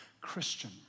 Christian